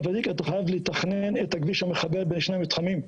אתה חייב לתכנן את הכביש המחבר בין שני המתחמים.